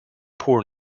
poor